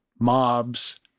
mobs